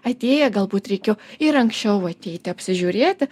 atėję galbūt reikėjo ir anksčiau ateiti apsižiūrėti